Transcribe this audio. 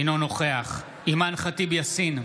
אינו נוכח אימאן ח'טיב יאסין,